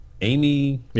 Amy